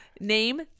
Name